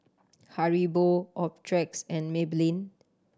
Haribo Optrex and Maybelline